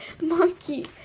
Monkey